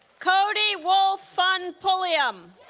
cody wolf pfund pulliam